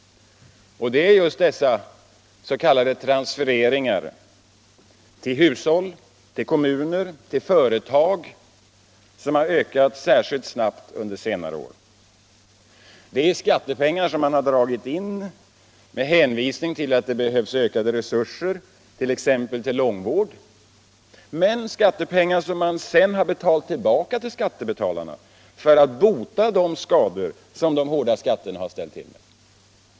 Dessa s.k. transfereringar till hushåll, kommuner och företag har ökat särskilt snabbt under senare år. Detta är skattepengar som har tagits in med hänsyn till att det behövs ökade resurser till t.ex. långvård men som sedan i stället betalas tillbaka till skattebetalarna för att bota de skador som de hårda skatterna har ställt till med.